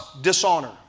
dishonor